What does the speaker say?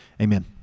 amen